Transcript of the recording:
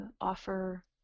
offer